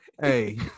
Hey